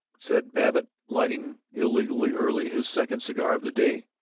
said babbitt, lighting illegally early his second cigar of the day.